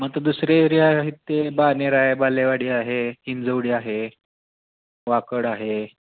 मग आता दुसरे एरिया आहेत ते बाणेर आहे बालेवाडी आहे हिंझवडी आहे वाकड आहे